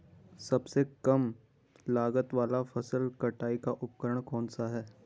सबसे कम लागत वाला फसल कटाई का उपकरण कौन सा है?